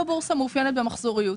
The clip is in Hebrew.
מאופיינת במחזוריות.